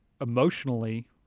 Emotionally